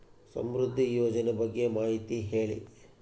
ಸಮೃದ್ಧಿ ಯೋಜನೆ ಬಗ್ಗೆ ಮಾಹಿತಿ ಹೇಳಿ?